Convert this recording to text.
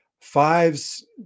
Fives